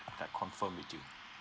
like confirm with you